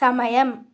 సమయం